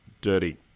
dirty